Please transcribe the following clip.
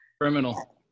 Criminal